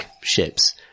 ships